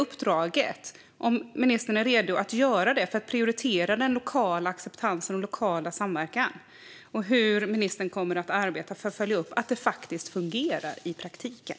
Är ministern redo att förtydliga uppdraget om att prioritera lokal acceptans och lokal samverkan? Hur kommer ministern att arbeta för att följa upp att det fungerar i praktiken?